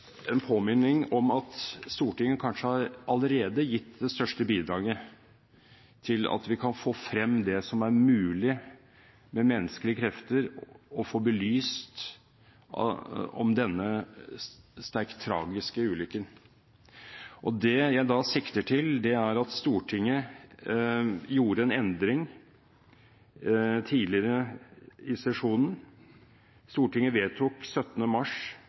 en påminning om at Stortinget allerede kanskje har gitt det største bidraget til at vi kan få frem det som er mulig med menneskelige krefter å få belyst om denne sterkt tragiske ulykken. Det jeg sikter til, er at Stortinget gjorde en endring tidligere i sesjonen. Stortinget vedtok 17. mars